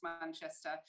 Manchester